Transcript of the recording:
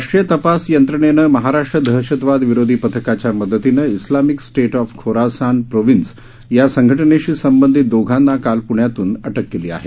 राष्ट्रीय तपास यंत्रणेनं महाराष्ट्र दहशतवाद विरोधी पथकाच्या मदतीनं Islamic State of Khorasan province या संघटनेशी संबंधित दोघांना काल प्ण्यातून अटक केली आहे